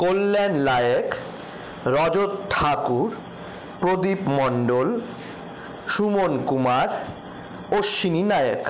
Kalyan Layek Rajat Thakur Pradip Mondal Suman Kumar Ashwini Naik